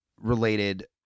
related